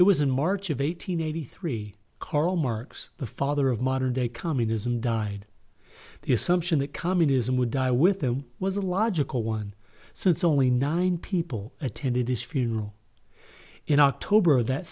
it was in march of eight hundred eighty three karl marx the father of modern day communism died the assumption that communism would die with them was a logical one since only nine people attended his funeral in october that